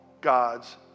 God's